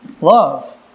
love